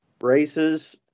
races